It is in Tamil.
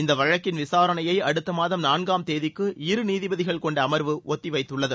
இந்த வழக்கின் விசாரணையை அடுத்த மாதம் நான்காம் தேதிக்கு இரு நீதிபதிகள் கொண்ட அமர்வு ஒத்திவைத்துள்ளது